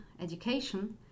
education